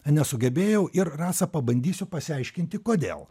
nesugebėjau ir rasa pabandysiu pasiaiškinti kodėl